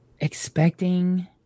expecting